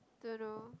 don't know